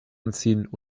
anziehen